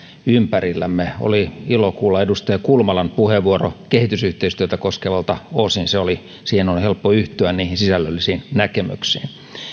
ympärillämme oli ilo kuulla edustaja kulmalan puheenvuoro kehitysyhteistyötä koskevalta osin siihen on helppo yhtyä niihin sisällöllisiin näkemyksiin